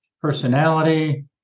personality